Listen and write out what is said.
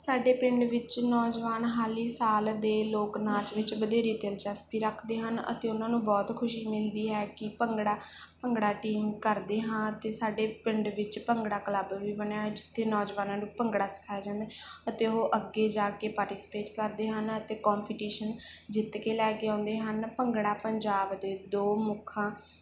ਸਾਡੇ ਪਿੰਡ ਵਿੱਚ ਨੌਜਵਾਨ ਹਾਲੀ ਸਾਲ ਦੇ ਲੋਕ ਨਾਚ ਵਿੱਚ ਵਧੇਰੀ ਦਿਲਚਸਪੀ ਰੱਖਦੇ ਹਨ ਅਤੇ ਉਹਨਾਂ ਨੂੰ ਬਹੁਤ ਖੁਸ਼ੀ ਮਿਲਦੀ ਹੈ ਕਿ ਭੰਗੜਾ ਭੰਗੜਾ ਟੀਮ ਕਰਦੇ ਹਾਂ ਅਤੇ ਸਾਡੇ ਪਿੰਡ ਵਿੱਚ ਭੰਗੜਾ ਕਲੱਬ ਵੀ ਬਣਿਆ ਜਿੱਥੇ ਨੌਜਵਾਨਾਂ ਨੂੰ ਭੰਗੜਾ ਸਿਖਾਇਆ ਜਾਂਦਾ ਅਤੇ ਉਹ ਅੱਗੇ ਜਾ ਕੇ ਪਾਰਟੀਸਪੇਟ ਕਰਦੇ ਹਨ ਅਤੇ ਕੋਪੀਟੀਸ਼ਨ ਜਿੱਤ ਕੇ ਲੈ ਕੇ ਆਉਂਦੇ ਹਨ ਭੰਗੜਾ ਪੰਜਾਬ ਦੇ ਦੋ ਮੁੱਖਾਂ